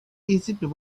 egypt